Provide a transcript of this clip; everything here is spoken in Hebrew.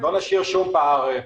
לא נשאיר שום פער פתוח.